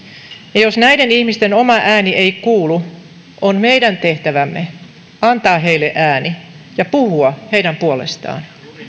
ja jos näiden ihmisten oma ääni ei kuulu on meidän tehtävämme antaa heille ääni ja puhua heidän puolestaan